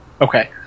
Okay